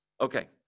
Okay